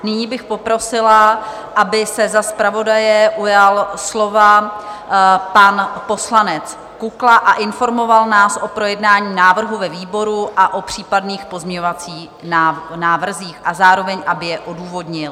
Nyní bych poprosila, aby se za zpravodaje ujal slova pan poslanec Kukla a informoval nás o projednání návrhu ve výboru a o případných pozměňovacích návrzích a zároveň aby je odůvodnil.